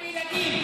הרגתם ילדים.